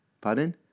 Pardon